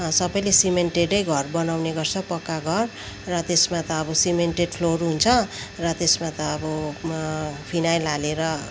सबैले सिमेन्टेडै घर बनाउने गर्छ पक्का घर र त्यसमा त अब सिमेन्टेड फ्लोर हुन्छ र त्यसमा त अब फिनाइल हालेर